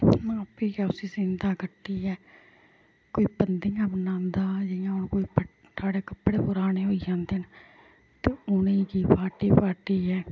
उ'यां आपे गै उसी सींदा कट्टियै कोई पंदियां बनांदा जियां हून कोई फट्ट कपड़े पुराने होई जन्दे न ते उ'नेंगी बाटी बाटियै